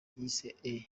yise